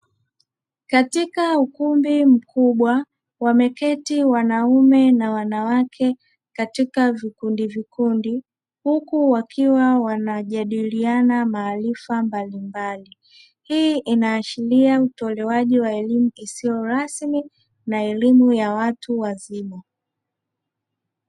Katika ukumbi mkubwa wameketi wanaume na wanawake katika vikundi vikundi, huku wakiwa wanajadiliana maarifa mbalimbali hii inaashiria utolewaji wa elimu isiyo rasmi na elimu ya watu wazima.